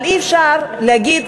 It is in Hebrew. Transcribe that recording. אבל אי-אפשר להגיד: